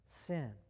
sin